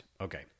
Okay